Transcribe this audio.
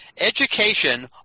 education